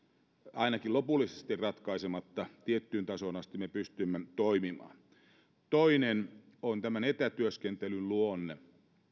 ainakin lopullisesti ratkaisematta tiettyyn tasoon asti me pystymme toimimaan toinen on tämän etätyöskentelyn luonne